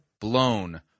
blown